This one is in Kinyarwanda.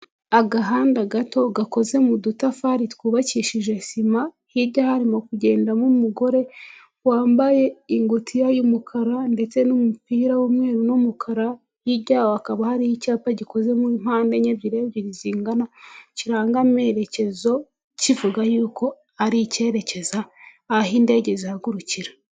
Agahanda gato gakoze mu dutafari twubakishije sima, hirya harimo kugendamo umugore wambaye ingutiya y'umukara ndetse n'umupira w'umweru n'umukara, hirya yaho hakaba hari icyapa gikoze muri mpande enye, ebyiri ebyiri zingana, kiranga amerekezo, kivuga yuko ari icyerekeza aho indege zihagurukira.